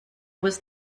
was